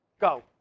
Go